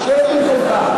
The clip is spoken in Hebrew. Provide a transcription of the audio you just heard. שב במקומך.